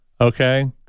Okay